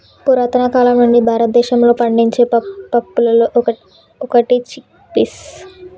పురతన కాలం నుండి భారతదేశంలో పండించే పప్పులలో ఒకటి చిక్ పీస్